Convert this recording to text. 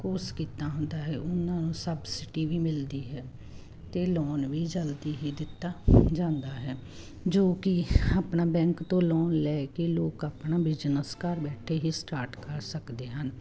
course ਕੀਤਾ ਹੁੰਦਾ ਹੈ ਉਹਨਾਂ ਨੂੰ ਸਬਸਿਡੀ ਵੀ ਮਿਲਦੀ ਹੈ ਅਤੇ ਲੋਨ ਵੀ ਜਲਦੀ ਹੀ ਦਿੱਤਾ ਜਾਂਦਾ ਹੈ ਜੋ ਕਿ ਆਪਣਾ ਬੈਂਕ ਤੋਂ ਲੋਨ ਲੈ ਕੇ ਲੋਕ ਆਪਣਾ ਬਿਜਨਸ ਘਰ ਬੈਠੇ ਹੀ ਸਟਾਰਟ ਕਰ ਸਕਦੇ ਹਨ